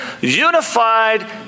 unified